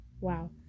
Wow